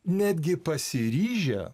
netgi pasiryžę